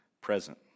present